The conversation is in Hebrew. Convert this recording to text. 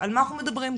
על מה אנחנו מדברים כאן?